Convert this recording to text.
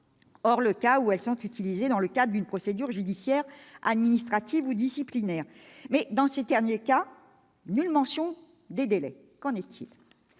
hors le cas où elles seront utilisées dans le cadre d'une procédure judiciaire, administrative ou disciplinaire. Dans ces derniers cas, en revanche, nulle mention des délais. Qu'en est-il ?